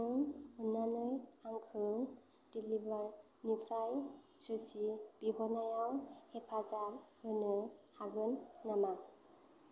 नों अन्नानै आंखौ देलिवारनिफ्राय सुशी बिहरनायाव हेफाजाब होनो हागोन नामा